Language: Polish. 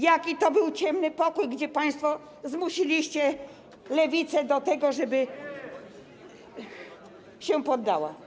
Jaki to był ciemny pokój, gdzie państwo zmusiliście Lewicę do tego, żeby się poddała?